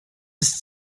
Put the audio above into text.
ist